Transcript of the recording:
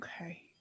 Okay